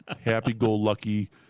happy-go-lucky